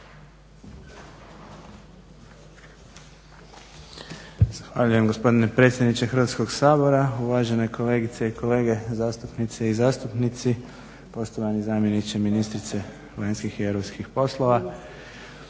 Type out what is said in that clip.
Zahvaljujem gospodine predsjedniče Hrvatskog sabora, uvažene kolegice i kolege zastupnice i zastupnici, poštovani zamjeniče ministrice vanjskih i europskih poslova.